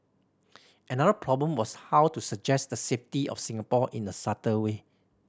another problem was how to suggest the safety of Singapore in a subtle way